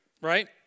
right